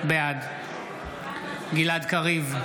בעד גלעד קריב,